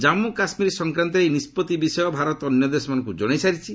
ଜାନ୍ମୁ କାଶ୍ମୀର ସଂକ୍ରାନ୍ତରେ ଏହି ନିଷ୍ପଭି ବିଷୟ ଭାରତ ଅନ୍ୟ ଦେଶମାନଙ୍କୁ ଜଣାଇସାରିଛି